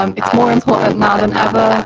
um it's more important now than ever.